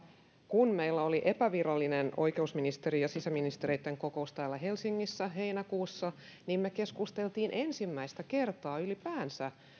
kun meillä oli epävirallinen oikeusministereitten ja sisäministereitten kokous täällä helsingissä heinäkuussa niin me keskustelimme ensimmäistä kertaa ylipäänsä